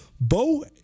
Bo